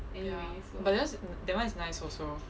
ya but their's that [one] is nice also